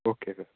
okay sir